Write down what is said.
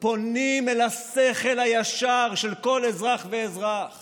ופונים אל השכל הישר של כל אזרח ואזרח